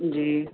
جی